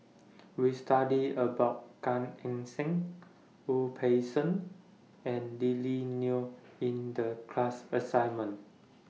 We studied about Gan Eng Seng Wu Peng Seng and Lily Neo in The class assignment